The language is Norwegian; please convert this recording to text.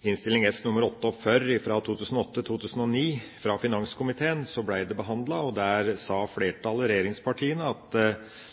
S. nr. 48 for 2008–2009 fra finanskomiteen. Der sa flertallet, regjeringspartiene, at